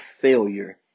failure